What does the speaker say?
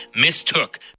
mistook